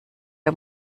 der